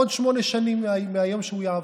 עוד שמונה שנים מהיום שהוא יעבור.